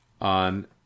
on